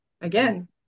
again